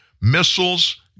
missiles